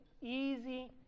easy